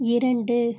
இரண்டு